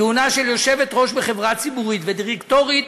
כהונה של יושבת-ראש בחברה ציבורית ודירקטורית